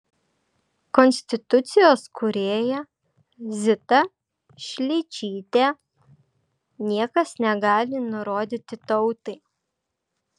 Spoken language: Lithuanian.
konstitucijos kūrėja zita šličytė niekas negali nurodyti tautai